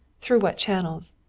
through what channels.